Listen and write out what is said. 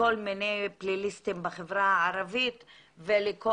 לכל מיני פליליסטים בחברה הערבית ולכל